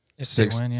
Six